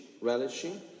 relishing